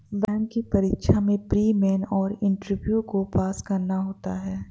bank की परीक्षा में प्री, मेन और इंटरव्यू को पास करना होता है